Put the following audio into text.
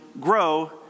grow